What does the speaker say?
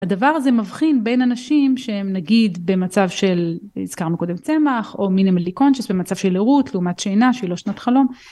הדבר הזה מבחין בין אנשים שהם נגיד במצב של הזכרנו קודם צמח או מינימלי קונצ'ס במצב של עירות לעומת שינה שהיא לא שנת חלום